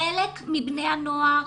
חלק מבני הנוער,